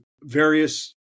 various